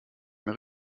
mehr